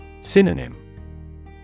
Synonym